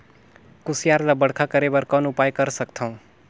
कुसियार ल बड़खा करे बर कौन उपाय कर सकथव?